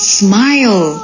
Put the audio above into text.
smile